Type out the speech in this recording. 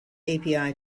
api